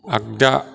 आग्दा